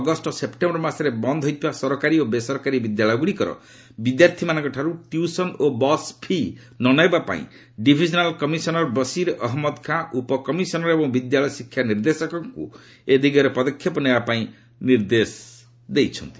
August ଓ September ମାସରେ ବନ୍ଦ ହୋଇଥିବା ସରକାରୀ ଓ ବେସରକାରୀ ବିଦ୍ୟାଳୟଗୁଡ଼ିକର ବିଦ୍ୟାର୍ଥୀମାନଙ୍କଠାରୁ ଟିଉସନ୍ ଓ ବସ୍ ଫି' ନ ନେବା ପାଇଁ ଡିଭିଜନାଲ କମିଶନର ବସିର ଅହନ୍ମଦ ଖାଁ ଉପକମିଶନର ଏବଂ ବିଦ୍ୟାଳୟ ଶିକ୍ଷା ନିର୍ଦ୍ଦେଶକଙ୍କୁ ଏ ଦିଗରେ ପଦକ୍ଷେପ ନେବା ପାଇଁ ନିର୍ଦ୍ଦେଶ ଦେଇଛନ୍ତି